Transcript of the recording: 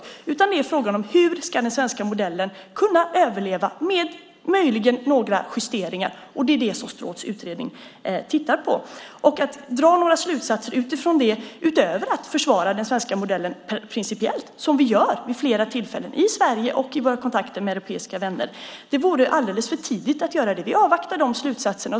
Det är fråga om hur den svenska modellen ska kunna överleva med möjligen några justeringar. Det är vad Stråths utredning tittar på. Vi har försvarat den svenska modellen principiellt vid flera tillfällen i Sverige och i våra kontakter med europeiska vänner. Det är alldeles för tidigt dra några slutsatser utifrån detta. Vi avvaktar slutsatserna.